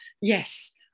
yes